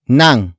nang